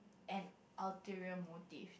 an ulterior motive